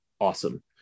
awesome